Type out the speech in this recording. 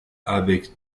avec